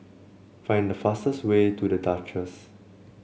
find the fastest way to The Duchess